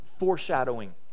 foreshadowing